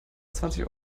zwanzig